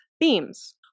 themes